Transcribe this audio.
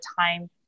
time